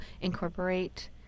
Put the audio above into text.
incorporate